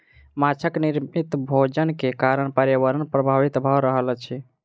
माँछक निर्मित भोजन के कारण पर्यावरण प्रभावित भ रहल अछि